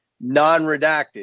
non-redacted